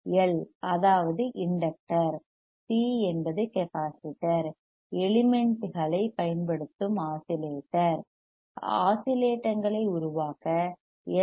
L அதாவது inductor C C என்பது capacitor எலிமெண்ட்களைப் பயன்படுத்தும் ஆஸிலேட்டர் ஆஸிலேட்டங்களை உருவாக்க எல்